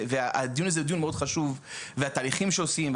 והדיון הזה הוא דיון מאוד חשוב והתהליכים שעושים,